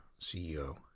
CEO